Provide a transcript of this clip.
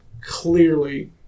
clearly